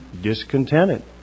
discontented